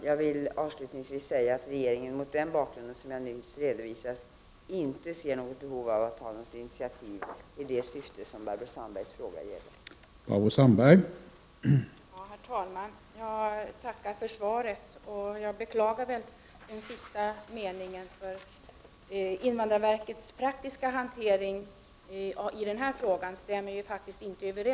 Jag vill avslutningsvis säga att regeringen, mot den bakgrund som jag nyss redovisat, inte ser något behov av att ta något initiativ i det syfte som Barbro Sandbergs fråga gäller.